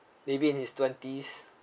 maybe in his twenties